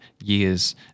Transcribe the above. years